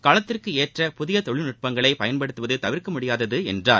காலத்திற்கேற்ற புதிய தொழில் நுட்பங்களை பயன்படுத்துவது தவிர்க்க முடியாதது என்றார்